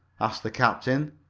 asked the captain.